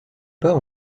pas